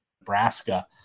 Nebraska